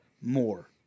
more